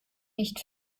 nicht